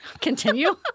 continue